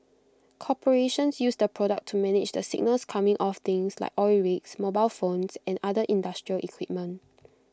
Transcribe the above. corporations use the product to manage the signals coming off things like oil rigs mobile phones and other industrial equipment